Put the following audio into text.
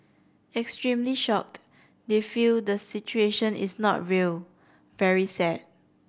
extremely shocked they feel the situation is not real very sad